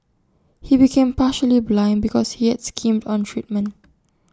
he became partially blind because he had skimmed on treatment